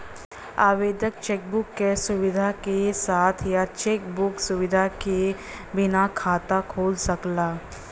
आवेदक cheque book क सुविधा के साथ या चेक बुक सुविधा के बिना खाता खोल सकला